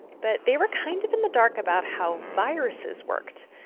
but they were kind of in the dark about how viruses worked.